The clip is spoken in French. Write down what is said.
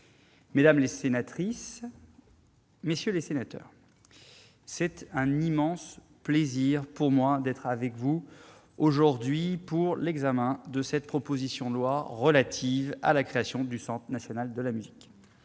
mesdames les sénatrices, messieurs les sénateurs, c'est un immense plaisir pour moi d'être avec vous aujourd'hui pour l'examen de cette proposition de loi relative à la création du Centre national de la musique.